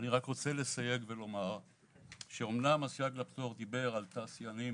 אני רק רוצה לסייג ולומר שאמנם הסייג לפטור דיבר על תעשיינים,